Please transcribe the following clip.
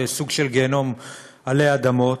סוג של גיהינום עלי אדמות.